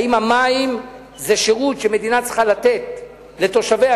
אם המים זה שירות שמדינה צריכה לתת לתושביה,